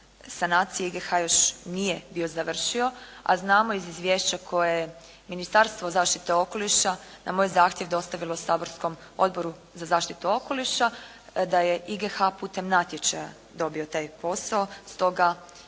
sanacije "IGH" još nije bio završio, a znamo iz izvješća koje je Ministarstvo zaštite okoliša na moj zahtjev dostavilo saborskom Odboru za zaštitu okoliša, da je "IGH" putem natječaja dobio taj posao, stoga